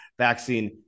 vaccine